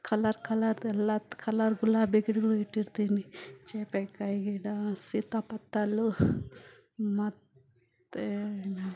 colour colour ಎಲ್ಲ colour ಗುಲಾಬಿ ಗಿಡಗಳು ಇಟ್ಟಿರ್ತೀನಿ ಸೀಬೆ ಕಾಯಿ ಗಿಡ ಸೀತಾಫಲ ಮತ್ತೆ